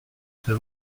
c’est